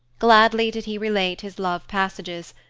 gladly did he relate his love passages,